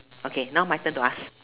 okay now my turn to ask